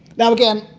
now, again,